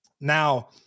Now